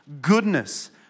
goodness